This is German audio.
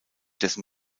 dessen